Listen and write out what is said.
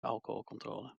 alcoholcontrole